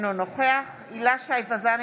אינו נוכח הילה שי וזאן,